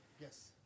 Yes